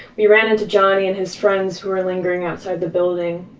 we ran into johnny and his friends who were lingering outside the building.